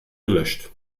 gelöscht